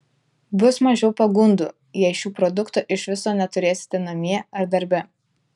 bus mažiau pagundų jei šių produktų iš viso neturėsite namie ar darbe